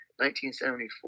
1974